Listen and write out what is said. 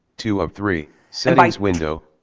two of three. settings window.